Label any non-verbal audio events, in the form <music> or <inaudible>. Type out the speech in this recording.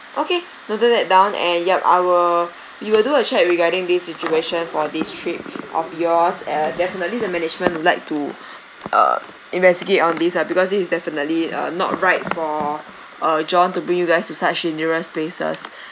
okay noted that down and yup I will we will do a check regarding this situation for this trip of yours uh definitely the management would like to <breath> uh investigate on this lah because this is definitely uh not right for uh john to bring you guys to such dangerous places